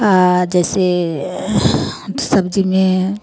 आओर जइसे सब्जीमे